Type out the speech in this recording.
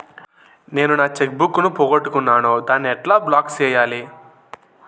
నేను నా cheque book ను పోగొట్టుకున్నాను దాన్ని ఎట్లా బ్లాక్ సేయాలి?